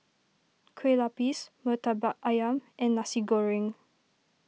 Kueh Lapis Murtabak Ayam and Nasi Goreng